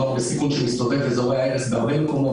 נוער בסיכון שזורע הרס בהרבה מקומות,